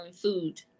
food